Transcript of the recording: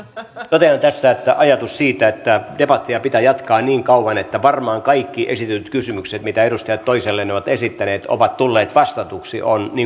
totean tässä että ajatus siitä että debattia pitää jatkaa niin kauan että varmaan kaikki kysymykset mitä edustajat toisilleen ovat esittäneet ovat tulleet vastatuiksi on